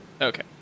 Okay